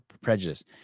prejudice